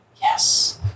Yes